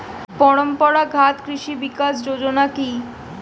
পরম্পরা ঘাত কৃষি বিকাশ যোজনা কি?